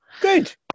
good